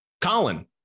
Colin